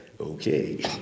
Okay